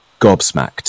gobsmacked